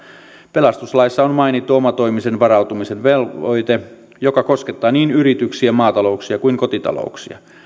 pelastuslaissa on mainittu omatoimisen varautumisen velvoite joka koskettaa niin yrityksiä maatalouksia kuin kotitalouksia